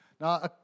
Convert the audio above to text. Now